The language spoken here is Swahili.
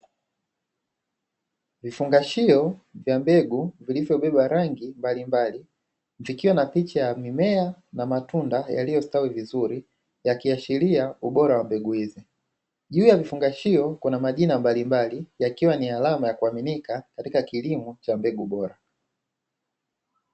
Vifungashio vya mbegu vilivyobeba rangi mbalimbali, vikiwa na picha ya mimea na matunda yaliyostawi vizuri yakiashiria ubora wa mbegu hizi, juu ya vifungashio kuna majina mbalimbali yakiwa ni alama ya kuaminika katika kilimo cha mbegu bora.